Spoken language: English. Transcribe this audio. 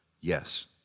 Yes